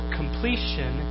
completion